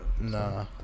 Nah